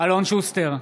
אלון שוסטר,